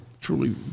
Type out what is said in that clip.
Truly